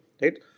right